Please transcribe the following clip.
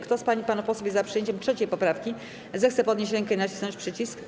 Kto z pań i panów posłów jest za przyjęciem 3. poprawki, zechce podnieść rękę i nacisnąć przycisk.